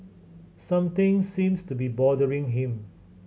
something seems to be bothering him